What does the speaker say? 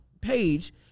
page